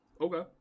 Okay